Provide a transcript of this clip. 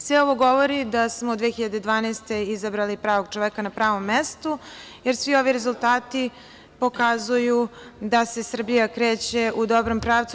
Sve ovo govori da smo 2012. godine izabrali pravog čoveka na pravo mesto, jer svi ovi rezultati pokazuju da se Srbija kreće u dobrom pravcu.